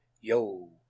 yo